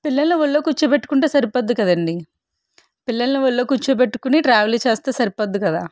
పిల్లలు ఒళ్లో కూర్చోబెట్టుకుంటే సరిపోద్ది కదండీ పిల్లలు ఒళ్లో కూర్చోబెట్టుకొని ట్రావెల్ చేస్తే సరిపోద్ది కదా